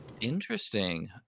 Interesting